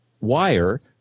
wire